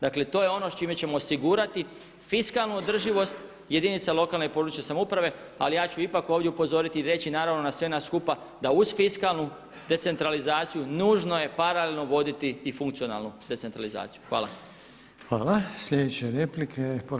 Dakle to je ono s čime ćemo osigurati fiskalnu održivost jedinica lokalne i područne samouprave ali ja ću ipak ovdje upozoriti i reći naravno na sve nas skupa da uz fiskalnu decentralizaciju nužno je paralelno voditi i funkcionalnu decentralizaciju.